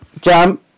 Jam